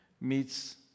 meets